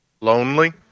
Lonely